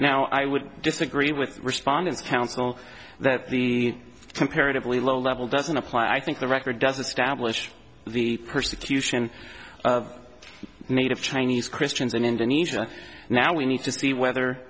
now i would disagree with respondents counsel that the comparatively low level doesn't apply i think the record doesn't stablish the persecution of native chinese christians in indonesia now we need to see whether